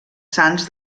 sants